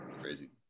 crazy